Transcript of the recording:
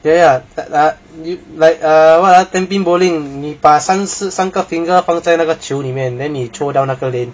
ya ya li~ like like err ten pin bowling 你把三四三个 finger 放在那个求里面 then 你 throw 到那个 lane